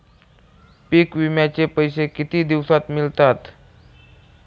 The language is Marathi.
पीक विम्याचे पैसे किती दिवसात मिळतात?